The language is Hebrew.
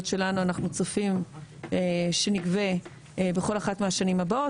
שלנו אנחנו צופים שנגבה בכל אחת מהשנים הבאות.